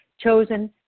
chosen